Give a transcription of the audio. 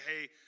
hey